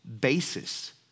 basis